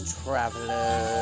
traveler